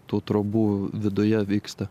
tų trobų viduje vyksta